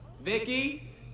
Vicky